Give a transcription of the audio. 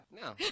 No